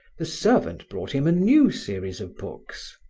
the servant brought him a new series of books.